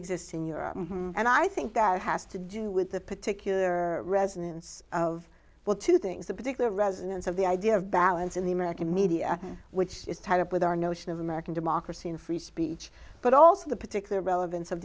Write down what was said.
exist in europe and i think that has to do with the particular resonance of well two things the particular resonance of the idea of balance in the american media which is tied up with our notion of american democracy and free speech but also the particular relevance of